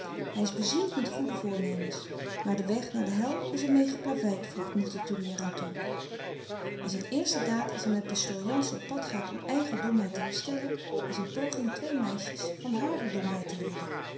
hij is bezield met goede voornemens maar de weg naar de hel is ermee geplaveid voegt multatuli er aan toe en zijn de eerste daad als hij met pastoor jansen op pad gaat om eigen domheid te herstellen is een poging twee meisjes van hare domheid te redden